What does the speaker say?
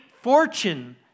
fortune